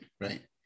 right